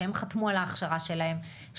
שהם חתמו על ההכשרה שלהם,